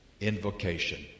invocation